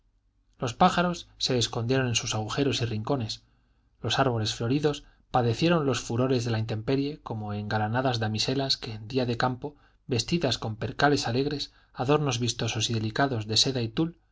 los pájaros se escondieron en sus agujeros y rincones los árboles floridos padecieron los furores de la intemperie como engalanadas damiselas que en día de campo vestidas con percales alegres adornos vistosos y delicados de seda y tul